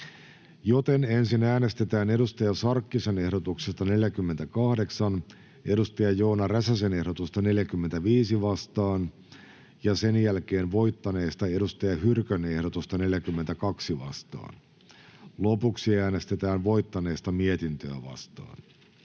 joten ensin äänestetään Hanna Sarkkisen ehdotuksesta 48 Joona Räsäsen ehdotusta 45 vastaan ja sen jälkeen voittaneesta Saara Hyrkön ehdotusta 42 vastaan. Lopuksi äänestetään voittaneesta mietintöä vastaan.